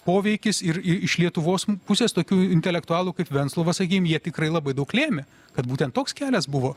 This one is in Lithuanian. poveikis ir iš lietuvos pusės tokių intelektualų kaip venclova sakykim jie tikrai labai daug lėmė kad būtent toks kelias buvo